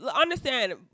understand